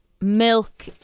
Milk